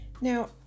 Now